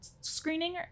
screening